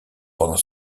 pendant